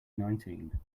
nineteen